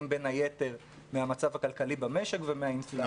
בין היתר מהמצב הכלכלי במשק ומהאינפלציה.